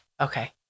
Okay